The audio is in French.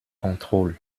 contrôlent